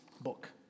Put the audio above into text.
book